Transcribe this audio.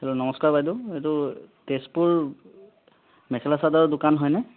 অঁ নমস্কাৰ বাইদেউ এইটো তেজপুৰ মেখেলা চাদৰৰ দোকান হয়নে